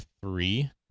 three